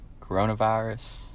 coronavirus